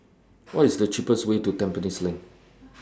What IS The cheapest Way to Tampines LINK